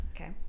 Okay